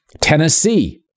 Tennessee